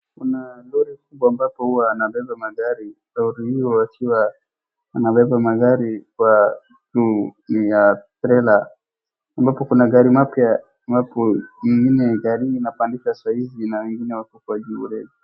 Kuna lori kubwa ambapo huwa anabeba magari. Lori hiyo akiwa anabeba magari kwa juu ya trela ambapo kuna gari mapya ambapo ingine gari hii inapandishwa sahizi na wengine wako kwa juu alredy .